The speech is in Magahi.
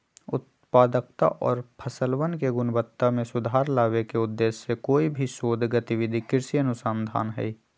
उत्पादकता और फसलवन के गुणवत्ता में सुधार लावे के उद्देश्य से कोई भी शोध गतिविधि कृषि अनुसंधान हई